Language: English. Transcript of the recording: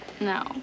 no